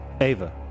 Ava